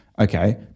Okay